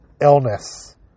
illness